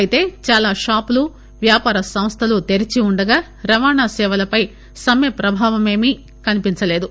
అయితే చాలా షాపులు వ్యాపార సంస్థలు తెరిచి ఉండగా రవాణా సేవలపై సమ్మె ప్రభావం ఏమీ లేదు